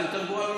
את יותר גרועה,